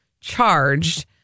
charged